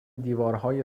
دیوارهای